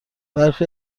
برخی